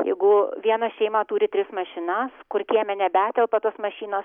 jeigu viena šeima turi tris mašinas kur kieme nebetelpa tos mašinos